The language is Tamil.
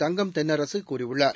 தங்கம் தென்னரசு கூறியுள்ளார்